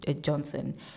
Johnson